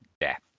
death